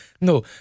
No